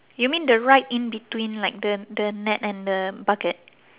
you mean the right in between like the the net and the bucket